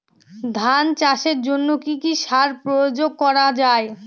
ধান চাষের জন্য কি কি সার প্রয়োগ করা য়ায়?